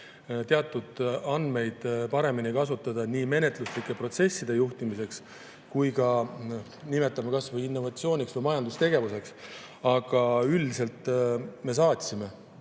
teatud andmeid paremini kasutada nii menetluslike protsesside juhtimiseks kui ka kas või innovatsiooniks või majandustegevuseks. Üldiselt me saatsime